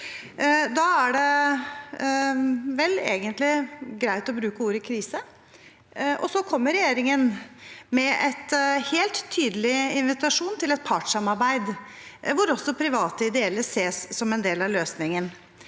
egentlig greit å bruke ordet «krise». Så kommer regjeringen med en helt tydelig invitasjon til et partssamarbeid, hvor også private ideelle ses som en del av løsningen,